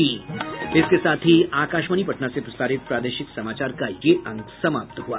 इसके साथ ही आकाशवाणी पटना से प्रसारित प्रादेशिक समाचार का ये अंक समाप्त हुआ